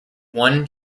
one